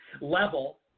level